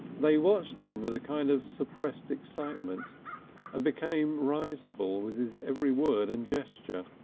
they watched him with a kind of suppressed excitement and became risible with his every word and gesture.